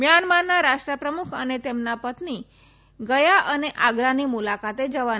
મ્યાનમારના રાષ્ટ્રપ્રમુખ અને તેમના પત્ની ગયા અને આગરાની મુલાકાતે જવાના છે